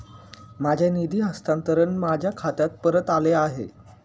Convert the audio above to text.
माझे निधी हस्तांतरण माझ्या खात्यात परत आले आहे